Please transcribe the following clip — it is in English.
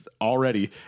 already